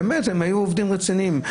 הם היו עובדים רציניים,